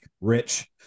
rich